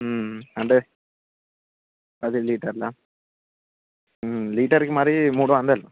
అంటే పది లీటర్లా లీటర్కి మరి మూడు వందలు